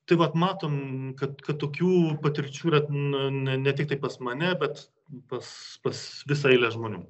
tai vat matom kad kad tokių patirčių yra na ne tiktai pas mane bet pas pas visą eilę žmonių